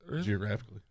geographically